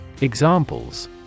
Examples